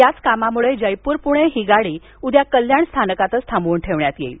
याच कामामुळे जयपूर पुणे ही गाडी उद्या कल्याण स्थानकातच थांबवून ठेवण्यात येईल